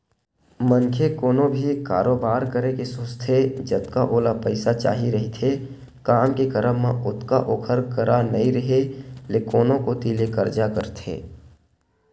मनखे कोनो भी कारोबार करे के सोचथे जतका ओला पइसा चाही रहिथे काम के करब म ओतका ओखर करा नइ रेहे ले कोनो कोती ले करजा करथे